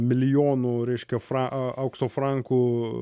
milijono reiškia fra aukso frankų